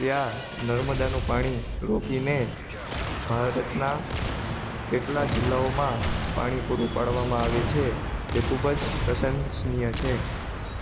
ત્યાં નર્મદાનું પાણી રોકીને ભારતના કેટલા જિલ્લાઓમાં પાણી પૂરું પાડવામાં આવે છે તે ખૂબ જ પ્રશંસનીય છે